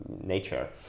nature